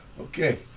okay